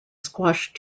squash